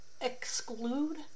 exclude